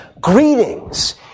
Greetings